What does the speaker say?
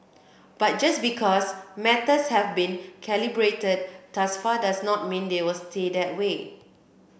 but just because matters have been calibrated thus far does not mean they will stay that way